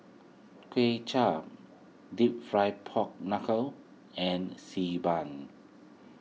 Kway Chap Deep Fried Pork Knuckle and Xi Ban